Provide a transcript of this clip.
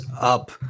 up